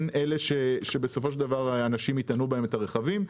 אלה שבסופו של דבר אנשים יטעינו בהן את הרכבים.